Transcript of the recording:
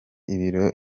ibiro